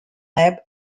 lab